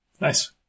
Nice